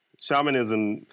Shamanism